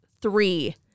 Three